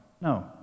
No